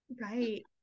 Right